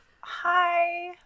Hi